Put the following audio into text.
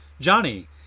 Johnny